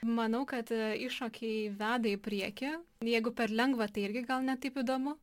manau kad įšokiai veda į priekį jeigu per lengva tai irgi gal ne taip įdomu